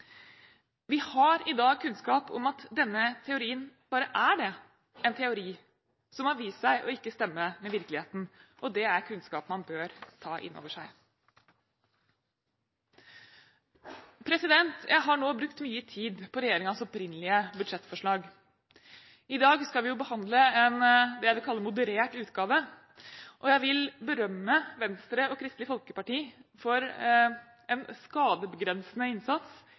Vi har i dag kunnskap om at denne teorien bare er det – en teori som har vist seg ikke å stemme med virkeligheten. Det er kunnskap man bør ta inn over seg. Jeg har nå brukt mye tid på regjeringens opprinnelige budsjettforslag. I dag skal vi behandle det jeg vil kalle en moderert utgave, og jeg vil berømme Venstre og Kristelig Folkeparti for en skadebegrensende innsats